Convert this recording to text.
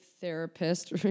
therapist